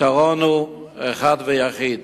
הפתרון הוא אחד ויחיד.